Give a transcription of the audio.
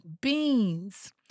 beans